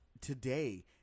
Today